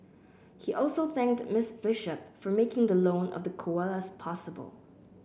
he also thanked Miss Bishop for making the loan of the koalas possible